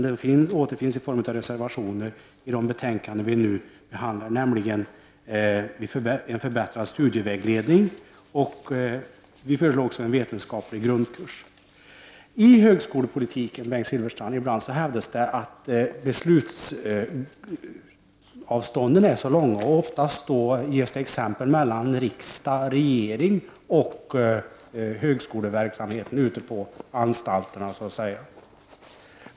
De återfinns i form av reservationer i de betänkanden som vi nu behandlar. Jag tänker på förslaget om en förbättrad studievägledning och förslaget om en vetenskaplig grundkurs. I högskolepolitiken hävdas det ibland att beslutsavstånden är så långa, och ofta ges det exempel på avstånden mellan riksdag, regering och högskoleverksamheten ute på läroanstalterna.